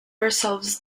ourselves